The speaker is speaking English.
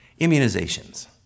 immunizations